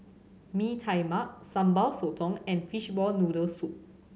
Mee Tai Mak Sambal Sotong and fishball noodle soup